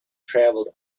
traveled